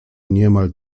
niemal